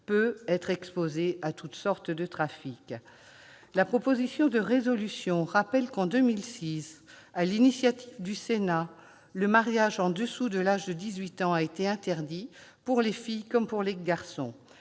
peut être exposée à toutes sortes de trafic. La proposition de résolution rappelle que, en 2006, sur l'initiative du Sénat, le mariage au-dessous de l'âge de 18 ans a été interdit, pour les filles comme pour les garçons-